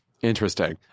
Interesting